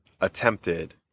attempted